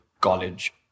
college